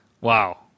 Wow